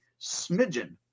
smidgen